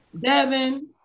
Devin